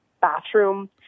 bathroom